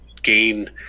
gain